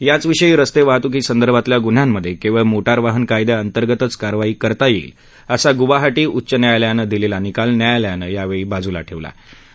याचविषयी रस्तविाहतुकीसंदर्भातल्या गुन्ह्यांमध्यविक्ळ मोटारवाहन कायद्याअंतर्गतच कारवाई करता यईत असा गुवाहाटी उच्च न्यायालयानं दिलेत्ती निकाल न्यायालयानं यावर्षी बाजुला ठेक्की